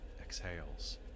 exhales